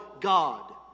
God